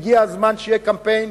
הגיע הזמן שיהיה קמפיין,